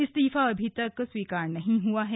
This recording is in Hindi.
इस्तीफा अभी तक स्वीकार नहीं हुआ है